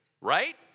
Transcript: right